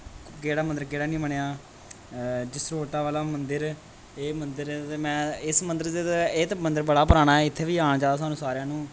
केह्ड़ा मन्दर केह्ड़ा निं बनेआ जसरोटा बाला मन्दर एह् मन्दर ते में इस मंदर च ते एह् ते मन्दर बड़ा पराना ऐ इत्थें बी आना चाहिदा सानूं सारेआं नू